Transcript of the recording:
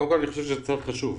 קודם כל, אני חושב שזה צעד חשוב,